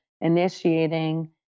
initiating